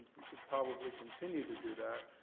we could probably continue to do that.